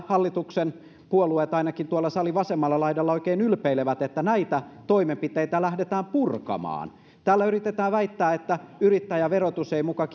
hallituksen puolueet ainakin tuolla salin vasemmalla laidalla oikein ylpeilevät että näitä toimenpiteitä lähdetään purkamaan täällä yritetään väittää että yrittäjäverotus ei muka